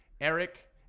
Eric